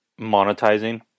monetizing